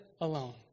alone